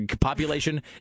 Population